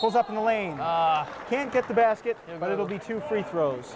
was up in the lane i can't get the basket but it'll be two free throws